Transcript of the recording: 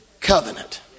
covenant